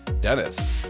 Dennis